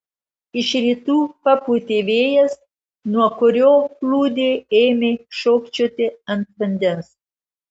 iš rytų papūtė vėjas nuo kurio plūdė ėmė šokčioti ant vandens